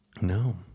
no